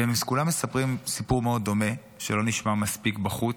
והם כולם מספרים סיפור מאוד דומה שלא נשמע מספיק בחוץ,